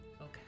Okay